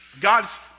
God's